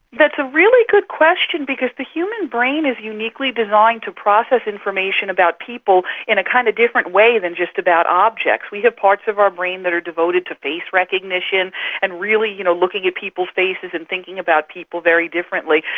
that's a really good question because the human brain is uniquely designed to process information about people in a kind of different way than just about objects. we have parts of our brain that are devoted to face recognition and really you know looking at people's faces and thinking about people very differently.